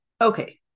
Okay